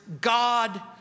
God